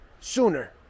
sooner